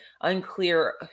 unclear